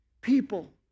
people